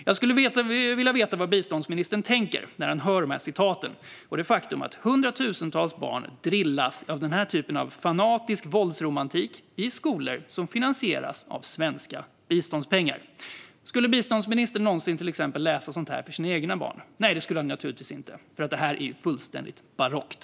Jag skulle vilja veta vad biståndsministern tänker när han hör dessa exempel och rörande det faktum att hundratusentals barn drillas i den här typen av fanatisk våldsromantik i skolor som finansieras av svenska biståndspengar. Skulle biståndsministern till exempel någonsin läsa sådant här för sina egna barn? Nej, det skulle han naturligtvis inte, för det här är fullständigt barockt.